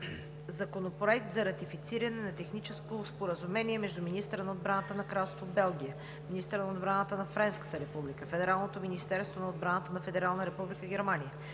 Законопроект за ратифициране на Техническо споразумение между министъра на отбраната на Кралство Белгия, министъра на отбраната на Френската република, Федералното министерство на отбраната на Федерална република Германия,